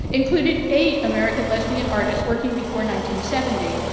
included eight american lesbian artists working before nineteen seventy.